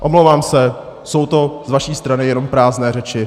Omlouvám se, jsou to z vaší strany jenom prázdné řeči.